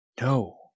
No